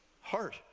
heart